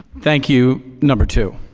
thank you, number two.